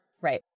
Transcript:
Right